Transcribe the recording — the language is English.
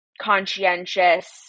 conscientious